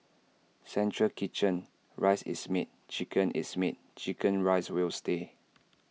central kitchen rice is made chicken is made Chicken Rice will stay